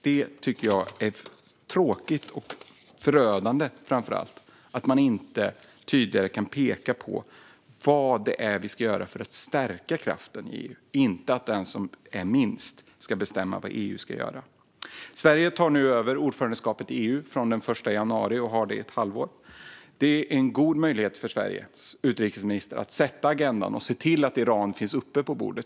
Jag tycker att det är tråkigt och framför allt förödande att man inte tydligare kan peka på vad vi ska göra för att stärka kraften i EU, så att det inte är den som vill minst som ska bestämma vad EU ska göra. Sverige tar nu över ordförandeskapet i EU från den 1 januari och har det i ett halvår. Det är en god möjlighet för Sveriges utrikesminister att sätta agendan och se till att Iran finns uppe på bordet.